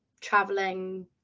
traveling